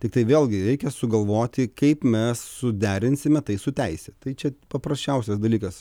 tiktai vėlgi reikia sugalvoti kaip mes suderinsime tai su teise tai čia paprasčiausias dalykas